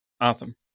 Awesome